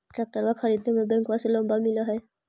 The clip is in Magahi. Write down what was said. ट्रैक्टरबा खरीदे मे बैंकबा से लोंबा मिल है?